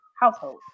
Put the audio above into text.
household